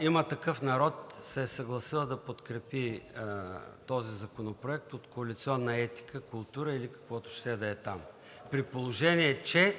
„Има такъв народ“ се е съгласил да подкрепи този законопроект. От коалиционна етика, култура или каквото ще да е там, при положение че